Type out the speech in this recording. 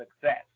success